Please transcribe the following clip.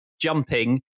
jumping